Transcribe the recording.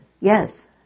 Yes